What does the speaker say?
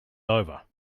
over